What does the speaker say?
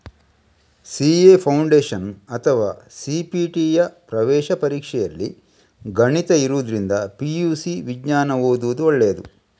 CA foundation ಅಥವಾ ಸಿ.ಪಿ.ಟಿಯ ಪ್ರವೇಶ ಪರೀಕ್ಷೆಯಲ್ಲಿ ಗಣಿತ ಇರುದ್ರಿಂದ ಪಿ.ಯು.ಸಿ ವಿಜ್ಞಾನ ಓದುದು ಒಳ್ಳೇದು